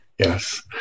Yes